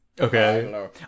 Okay